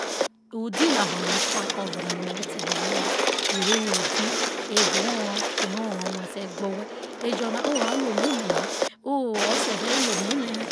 odi no ovo na no me be ta eme na who re who odi evao orro kere orro o whese gba owhe ejo na ooo a ru ome ene he ooo oso me ru ome ene ha